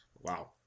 Wow